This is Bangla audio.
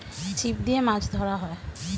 ছিপ দিয়ে মাছ ধরা হয়